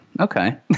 okay